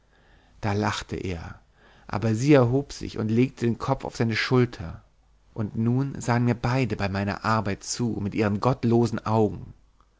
da lachte er aber sie erhob sich und legte den kopf auf seine schulter und nun sahen mir beide bei meiner arbeit zu mit ihren gottlosen augen